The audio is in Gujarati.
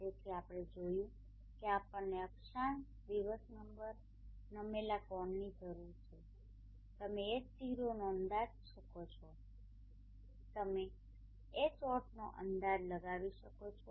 તેથી આપણે જોયું છે કે આપણને અક્ષાંશ દિવસ નંબર નમેલા કોણની જરૂર છે તમે H0નો અંદાજ શકો છો તમે Hotનો અંદાજ લગાવી શકો છો